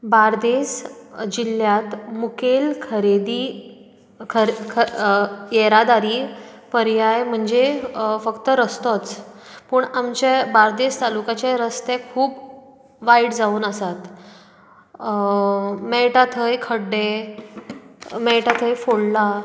बार्देस जिल्ल्यांत मुखेल खरेदी ख ख येरादारी पर्याय म्हणजे फक्त रस्तोच पूण आमचे बार्देश तालुकाचे रस्ते खूब वायट जावन आसात मेळटा थंय खड्डे मेळटा थंय फोडलां